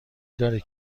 دارید